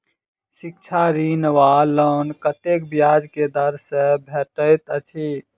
शिक्षा ऋण वा लोन कतेक ब्याज केँ दर सँ भेटैत अछि?